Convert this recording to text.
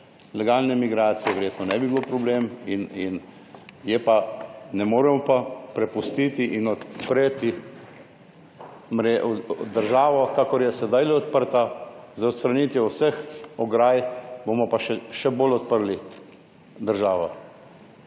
legalne migracije verjetno ne bi bilo problem ne moremo pa prepustiti in odpreti državo, kakor je sedaj odprta, z odstranitvijo vseh ograj bomo pa še bolj odprli državo.